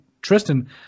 Tristan